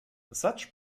such